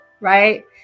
right